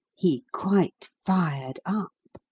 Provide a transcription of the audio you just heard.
he quite fired up.